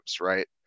right